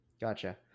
Gotcha